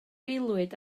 aelwyd